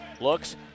looks